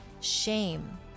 shame